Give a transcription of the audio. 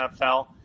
NFL